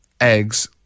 eggs